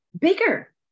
bigger